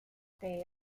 they